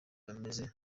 bemeza